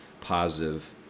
positive